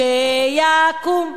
ש-י-ק-ו-ם.